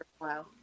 Wow